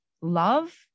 love